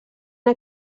una